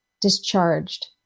discharged